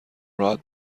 راحت